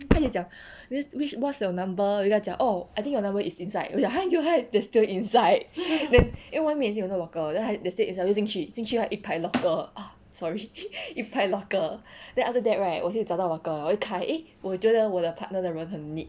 跟你讲 which what's your number 又跟她讲 orh I think your number is inside 我讲还有还 there's still inside then 因为外面也是有那种 locker then there's still inside 我就进去进去 right 一排 locker err ah sorry 一排 locker then after that right 我就找到 locker 我就开 eh 我觉得我的 partner 的人很 neat